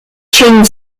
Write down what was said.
changed